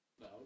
No